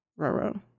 Roro